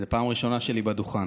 זאת פעם ראשונה שלי על הדוכן.